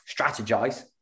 strategize